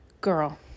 Girl